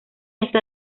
hasta